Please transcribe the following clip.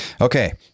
okay